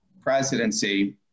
presidency